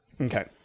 Okay